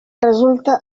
resulta